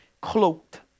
cloaked